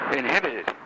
inhibited